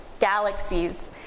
galaxies